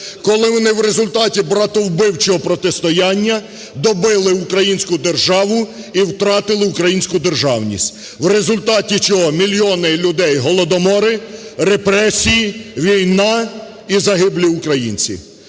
коли вони у результаті братовбивчого протистояння добили українську державу і втратили українську державність, у результаті чого мільйони людей голодомори, репресії, війна і загиблі українці.